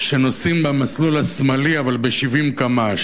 שנוסעים במסלול השמאלי אבל ב-70 קמ"ש,